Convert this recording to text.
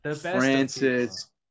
Francis